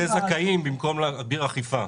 אתה ממסה זכאים במקום להגביר אכיפה.